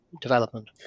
development